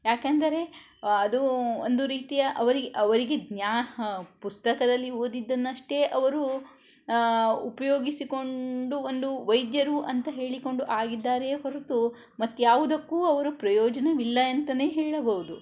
ಯಾಕಂದರೆ ಅದು ಒಂದು ರೀತಿಯ ಅವರಿಗೆ ಅವರಿಗೆ ಜ್ಞಾ ಪುಸ್ತಕದಲ್ಲಿ ಓದಿದ್ದನ್ನಷ್ಟೇ ಅವರು ಉಪಯೋಗಿಸಿಕೊಂಡು ಒಂದು ವೈದ್ಯರು ಅಂತ ಹೇಳಿಕೊಂಡು ಆಗಿದ್ದಾರೆಯೇ ಹೊರತು ಮತ್ಯಾವುದಕ್ಕೂ ಅವರು ಪ್ರಯೋಜನವಿಲ್ಲ ಅಂತಾನೇ ಹೇಳಬಹುದು